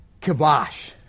kibosh